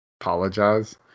apologize